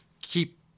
keep